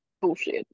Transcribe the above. bullshit